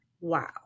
wow